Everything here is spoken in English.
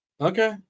Okay